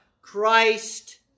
Christ